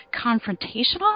confrontational